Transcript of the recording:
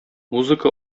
музыка